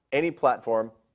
any platform.